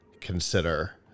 consider